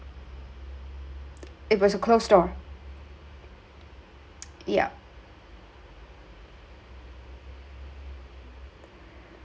it was a closed door yup